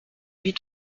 vite